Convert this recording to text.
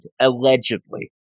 allegedly